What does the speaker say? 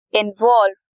involve